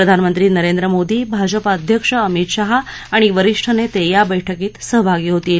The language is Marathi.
प्रधानमंत्री नरेंद्र मोदी भाजपा अध्यक्ष अमित शाह आणि वरिष्ठ नेते या बैठकीत सहभागी होतील